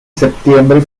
septiembre